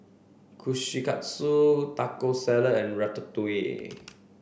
Kushikatsu Taco Salad and Ratatouille